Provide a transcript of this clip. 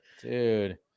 Dude